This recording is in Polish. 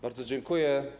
Bardzo dziękuję.